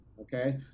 okay